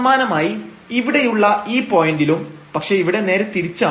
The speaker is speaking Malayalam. സമാനമായി ഇവിടെയുള്ള ഈ പോയന്റിലും പക്ഷേ ഇവിടെ നേരെ തിരിച്ചാണ്